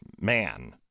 man